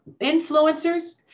influencers